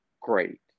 great